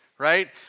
right